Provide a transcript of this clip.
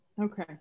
Okay